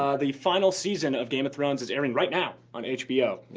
the final season of game of thrones is airing right now on hbo.